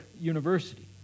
university